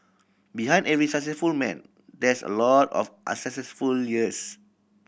behind every successful man there's a lot of unsuccessful years